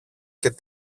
και